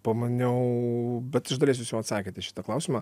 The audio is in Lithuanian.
pamaniau bet iš dalies jūs jau atsakėt į šitą klausimą